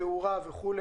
תאורה וכו',